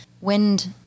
wind